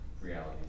reality